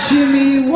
Jimmy